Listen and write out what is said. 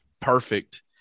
perfect